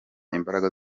imbaraga